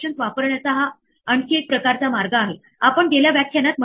तर आपण एरर प्रकाराच्या आधारावर अपेक्षा करून सुधारात्मक कारवाई करू इच्छितो